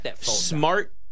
smart